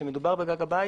כשמדובר בגג הבית,